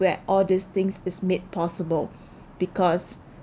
where all these things is made possible because